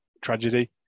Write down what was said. tragedy